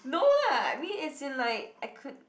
no lah I mean it's in like I could